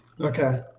okay